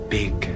big